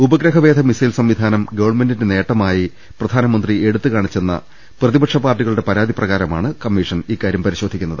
ഉപഗ്രഹവേധ missile സംവിധാനം ഗവൺമെന്റിന്റെ നേട്ടമായി പ്രധാനമന്ത്രി എടുത്തുകാണിച്ചെന്ന പ്രതി പക്ഷ പാർട്ടികളുടെ പരാതി പ്രകാരമാണ് കമ്മിഷൻ ഇക്കാര്യം പരിശോ ധിക്കുന്നത്